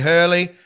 Hurley